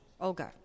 Olga